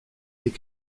est